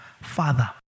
Father